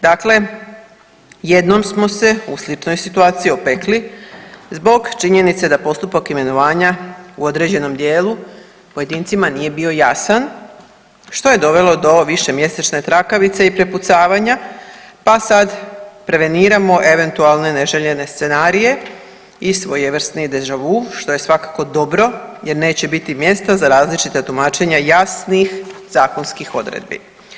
Dakle, jednom smo se u sličnoj situaciji opekli zbog činjenice da postupak imenovanja u određenom dijelu pojedincima nije bio jasan što je dovelo do višemjesečne trakavice i prepucavanja, pa sada preveniramo eventualne neželjene scenarije i svojevrsni deja vu što je svakako dobro jer neće biti mjesta za različita tumačenja jasnijih zakonskih odredbi.